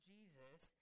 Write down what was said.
Jesus